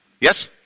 Yes